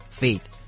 faith